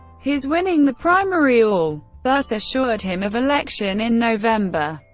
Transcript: his winning the primary all, but assured him of election in november.